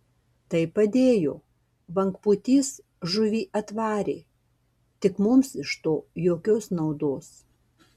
tai padėjo bangpūtys žuvį atvarė tik mums iš to jokios naudos